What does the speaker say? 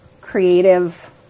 creative